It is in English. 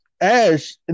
Ash